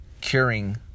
curing